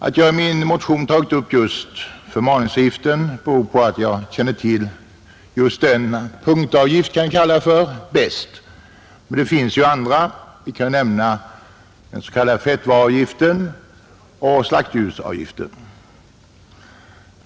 Att jag i min motion tagit upp just förmalningsavgiften beror på att jag bäst känner till just denna ”punktavgift”. Det finns förvisso andra, låt mig nämna den s.k. fettvaruavgiften och slaktdjursavgiften.